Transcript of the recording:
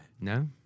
no